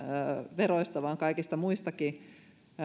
veroista vaan kaikista muistakin